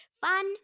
Fun